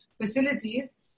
facilities